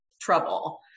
trouble